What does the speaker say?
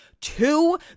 two